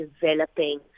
developing